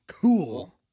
Cool